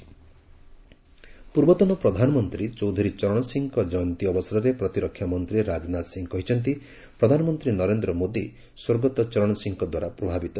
PM Chaudhary Charan Singh ପୂର୍ବତନ ପ୍ରଧାନମନ୍ତ୍ରୀ ଚୌଧୁରୀ ଚରଣ ସିଂହଙ୍କ ଜୟନ୍ତୀ ଅବସରରେ ପ୍ରତିରକ୍ଷା ମନ୍ତ୍ରୀ ରାଜନାଥ ସିଂହ କହିଛନ୍ତି ପ୍ରଧାନମନ୍ତ୍ରୀ ନରେନ୍ଦ୍ର ମୋଦି ସ୍ୱର୍ଗତ ଚରଣ ସିଂହଙ୍କ ଦ୍ୱାରା ପ୍ରଭାବିତ